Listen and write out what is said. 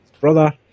brother